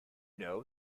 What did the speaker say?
know